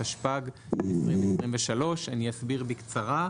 התשפ"ג 2023". אסביר בקצרה.